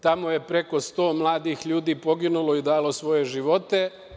Tamo je preko 100 mladih ljudi poginulo i dalo svoje živote.